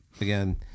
again